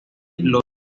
los